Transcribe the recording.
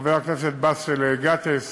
חבר הכנסת באסל גטאס